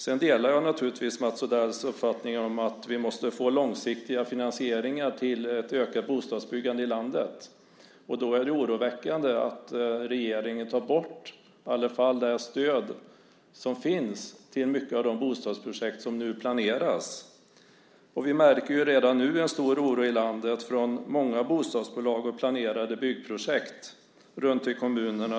Sedan delar jag naturligtvis Mats Odells uppfattning att vi måste få långsiktig finansiering till ett ökat bostadsbyggande i landet. Då är det oroväckande att regeringen tar bort det stöd som finns till många av de bostadsprojekt som nu planeras. Vi märker redan nu en stor oro i landet från många bostadsbolag och planerade byggprojekt runtom i kommunerna.